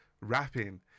rapping